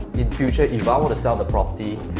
in future if i want to sell the property,